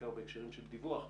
בעיקר בהקשרים של דיווח.